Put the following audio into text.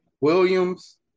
Williams